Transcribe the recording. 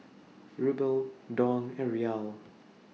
Ruble Dong and Riyal